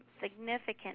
significant